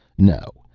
no,